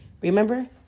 Remember